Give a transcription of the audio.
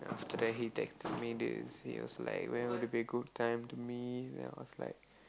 today he texted me this he was like when would it be a good time to meet and I was like